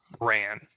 ran